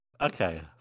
Okay